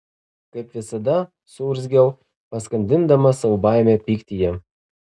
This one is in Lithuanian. kaip visada suurzgiau paskandindama savo baimę pyktyje